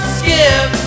skip